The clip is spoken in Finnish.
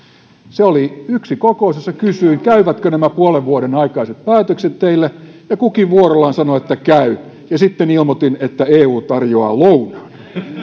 se oli yksi kokous jossa kysyin käyvätkö nämä puolen vuoden aikaiset päätökset teille ja kukin vuorollaan sanoi että käy ja sitten ilmoitin että eu tarjoaa lounaan